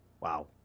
Wow